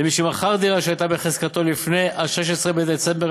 למי שמכר דירה שהייתה בחזקתו לפני 16 בדצמבר